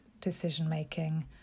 decision-making